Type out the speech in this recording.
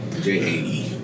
J-A-E